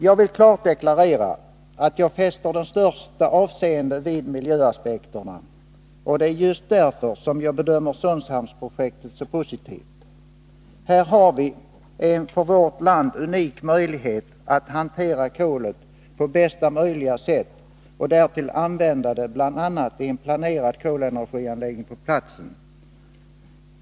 Jag vill klart deklarera att jag fäster det största avseende vid miljöaspekterna, och det är just därför som jag bedömer Sundshamnsprojektet så positivt. Här har vi en för vårt land unik möjlighet att hantera kolet på bästa sätt. Dessutom kan kolet användas bl.a. i en planerad kolenergianläggning på platsen.